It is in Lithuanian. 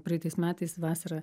praeitais metais vasarą